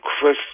Chris